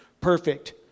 perfect